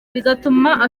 bigatuma